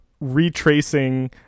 retracing